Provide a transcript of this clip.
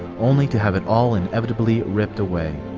only to have it all inevitably ripped away.